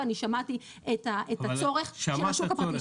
ואני שמעתי את הצורך של השוק הפרטי.